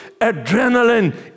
adrenaline